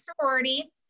sorority